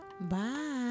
bye